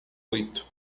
oito